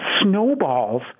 snowballs